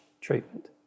treatment